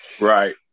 Right